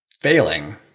failing